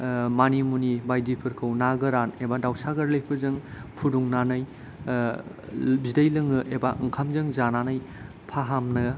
मानिमुनि बायदिफोरखौ ना गोरान एबा दाउसा गोरलैफोरजों फुदुंनानै बिदै लोङो एबा ओंखामजों जानानै फाहामनो